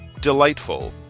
Delightful